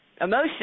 emotion